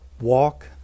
walk